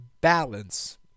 Balance